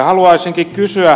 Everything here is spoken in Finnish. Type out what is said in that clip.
haluaisinkin kysyä